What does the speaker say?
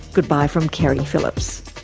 goodbye from keri phillips